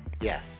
Yes